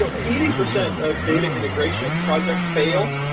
so eighty percent of data integration projects fail.